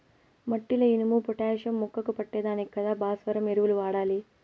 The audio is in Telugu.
మట్టిల ఇనుము, పొటాషియం మొక్కకు పట్టే దానికి కదా భాస్వరం ఎరువులు వాడాలి